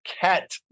Cat